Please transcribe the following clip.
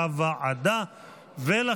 אני קובע כי כל הסעיפים, כנוסח הוועדה, התקבלו.